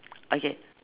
okay